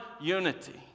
unity